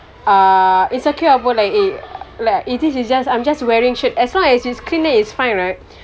uh it's okay err but like eh like it's I'm just wearing shirt as long as it's clean then it's fine right